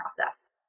process